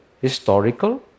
historical